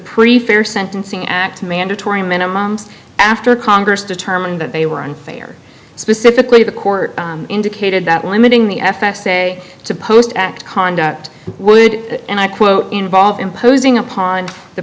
pretty fair sentencing act to mandatory minimums after congress determined that they were unfair specifically the court indicated that limiting the f s a to post act conduct would and i quote involve imposing upon the